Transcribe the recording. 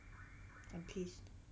I'm pissed